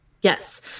Yes